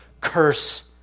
curse